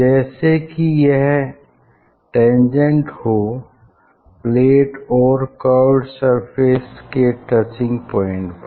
जैसे की यह टैनजेन्ट हो प्लेट और कर्व्ड सरफेस के टचिंग पॉइंट पर